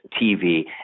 TV